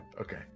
Okay